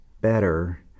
better